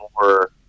more